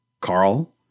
Carl